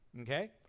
Okay